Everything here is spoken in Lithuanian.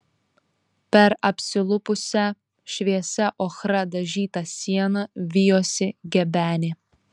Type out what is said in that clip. per apsilupusią šviesia ochra dažytą sieną vijosi gebenė